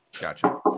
Gotcha